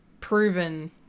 proven